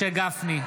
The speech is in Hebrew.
משה גפני,